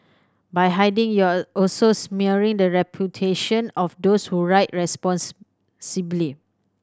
by hiding you're also smearing the reputation of those who ride response